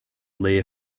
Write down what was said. leigh